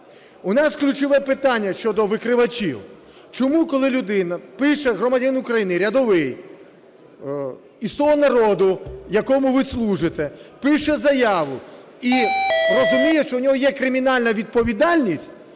У нас ключове питання щодо викривачів. Чому коли людина пише, громадянин України рядовий, із того народу, якому ви служите, пише заяву і розуміє, що в нього є кримінальна відповідальність,